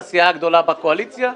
לסיעה הגדולה בקואליציה.